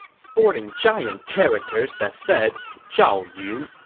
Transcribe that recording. sporting giant characters that said zhao yun.